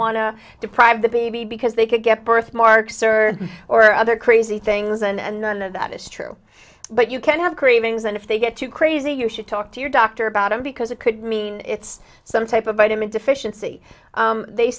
to deprive the baby because they could get birthmarks or or other crazy things and none of that is true but you can have cravings and if they get too crazy you should talk to your doctor about it because it could mean it's some type of vitamin deficiency they